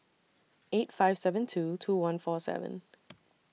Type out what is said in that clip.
eight five seven two two one four seven